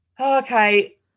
okay